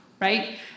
Right